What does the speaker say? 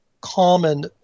common